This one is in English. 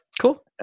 Cool